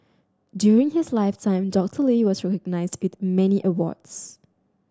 during his lifetime Doctor Lee was recognised with many awards